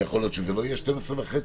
ויכול להיות שזה לא יהיה 12.5,